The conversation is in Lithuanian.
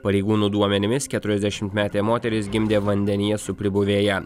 pareigūnų duomenimis keturiasdešimtmetė moteris gimdė vandenyje su pribuvėja